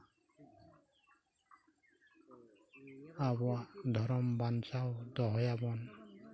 ᱟᱵᱚᱣᱟᱜ ᱫᱷᱚᱨᱚᱢ ᱵᱟᱧᱪᱟᱣ ᱫᱚᱦᱚᱭᱟᱵᱚᱱ